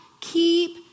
Keep